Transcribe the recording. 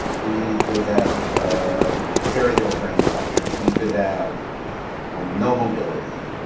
he could have ah very little brain function. he could have no mobility,